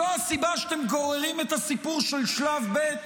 זו הסיבה שאתם גוררים את הסיפור של שלב ב',